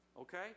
okay